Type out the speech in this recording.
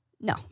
No